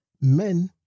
men